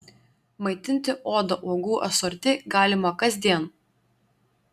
maitinti odą uogų asorti galima kasdien